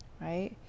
right